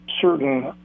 certain